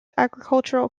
agricultural